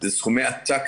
זה סכומי העתק,